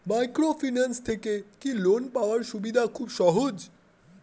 Microfinance থেকে কি loan পাওয়ার সুবিধা খুব সহজ?